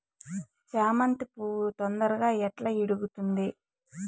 చామంతి పువ్వు తొందరగా ఎట్లా ఇడుగుతుంది?